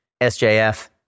SJF